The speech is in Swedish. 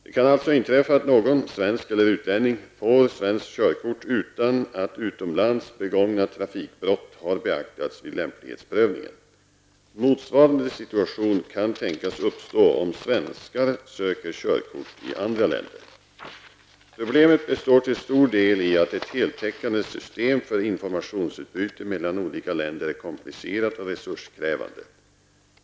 Det kan alltså inträffa att någon -- svensk eller utlänning -- får svenskt körkort utan att utomlands begångna trafikbrott har beaktats vid lämplighetsprövningen. Motsvarande situation kan tänkas uppstå om svenskar söker körkort i andra länder. Problemet består till stor del i att ett heltäckande system för informationsutbyte mellan olika länder är komplicerat och resurskrävande.